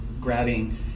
grabbing